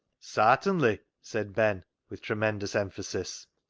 sartinly! said ben, with tremendous emphasis.